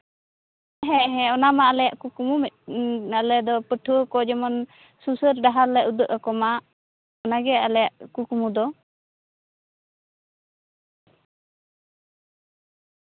ᱦᱮᱸ ᱦᱮᱸ ᱚᱱᱟ ᱨᱮᱱᱟᱜ ᱟᱞᱮᱭᱟᱜ ᱠᱩᱠᱢᱩ ᱢᱤᱫ ᱟᱞᱮ ᱫᱚ ᱯᱟᱹᱴᱷᱩᱣᱟᱹ ᱠᱚ ᱡᱮᱢᱚᱱ ᱥᱩᱥᱟᱹᱨ ᱰᱟᱦᱟᱨ ᱞᱮ ᱩᱡᱩᱜ ᱟᱠᱚ ᱢᱟ ᱚᱱᱟ ᱜᱮ ᱟᱞᱮᱭᱟᱜ ᱠᱩᱠᱢᱩ ᱫᱚ